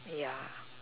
yeah